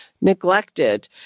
neglected